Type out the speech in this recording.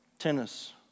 Tennis